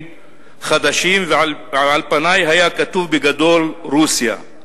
חדשים ועל פני היה כתוב בגדול 'רוסייה'.